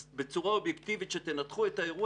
אז בצורה אובייקטיבית כשתנתחו את האירוע